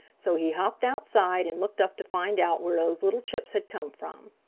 so he hopped outside and looked up to find out where those little chips had come from.